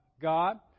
God